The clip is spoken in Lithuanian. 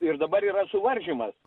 ir dabar yra suvaržymas